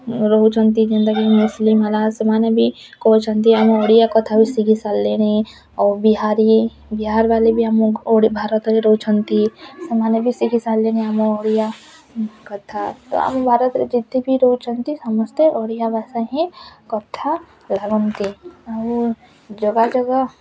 ରହୁଛନ୍ତି ଯେମତା କି ମୁସଲିମ ହେଲା ସେମାନେ ବି କହୁଛନ୍ତି ଆମ ଓଡ଼ିଆ କଥା ବି ଶିଖି ସାରିଲେଣି ଆଉ ବିହାରି ବିହାର ବାଲେ ବି ଆମ ଭାରତରେ ରହୁଛନ୍ତି ସେମାନେ ବି ଶିଖି ସାରିଲେଣି ଆମ ଓଡ଼ିଆ କଥା ତ ଆମ ଭାରତରେ ଯେତେ ବି ରହୁଛନ୍ତି ସମସ୍ତେ ଓଡ଼ିଆ ଭାଷା ହିଁ କଥା ଲାଗନ୍ତି ଆଉ ଯୋଗା ଯୋଗ